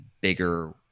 bigger